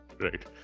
Right